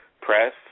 Press